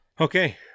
okay